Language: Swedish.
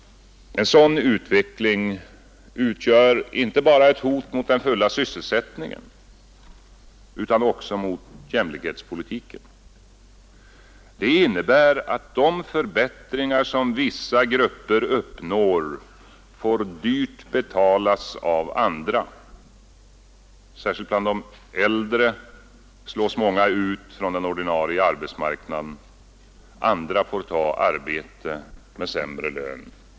En sådan utveckling utgör inte bara ett hot mot den fulla sysselsättningen utan också mot jämlikhetspolitiken. Det innebär att de förbättringar som vissa grupper uppnår får dyrt betalas av andra. Särskilt bland de äldre slås många ut från den ordinarie arbetsmarknaden. Andra får ta arbete med sämre lön.